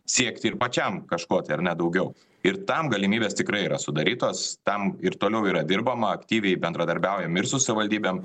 siekti ir pačiam kažko tai ar ne daugiau ir tam galimybės tikrai yra sudarytos tam ir toliau yra dirbama aktyviai bendradarbiaujam ir su savivaldybėm